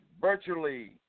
virtually